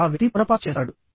ఆ వ్యక్తి పొరపాటు చేస్తాడు